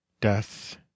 death